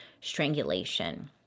strangulation